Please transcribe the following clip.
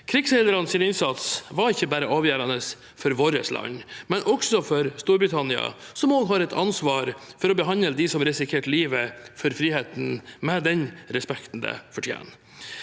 Krigsseilernes innsats var ikke bare avgjørende for vårt land, men også for Storbritannia, som også har et ansvar for å behandle dem som risikerte livet for friheten, med den respekten de fortjener.